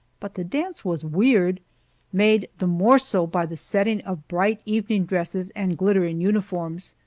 but the dance was weird made the more so by the setting of bright evening dresses and glittering uniforms.